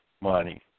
money